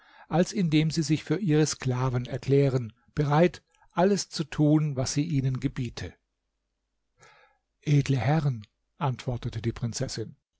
als indem sie sich für ihre sklaven erklären bereit alles zu tun was sie ihnen gebiete edle herren antwortete die prinzessin